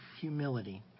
humility